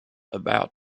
about